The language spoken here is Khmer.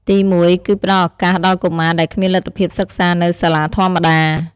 ទី១ គឺផ្ដល់ឱកាសដល់កុមារដែលគ្មានលទ្ធភាពសិក្សានៅសាលាធម្មតា។